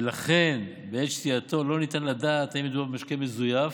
ולכן בעת שתייתו לא ניתן לדעת אם מדובר במשקה מזויף,